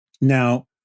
Now